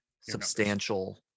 substantial